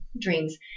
dreams